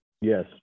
Yes